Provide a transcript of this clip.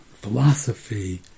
philosophy